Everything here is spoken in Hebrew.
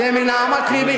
זה מנהמת לבי.